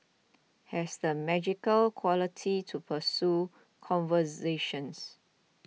has the magical quality to pursue conversations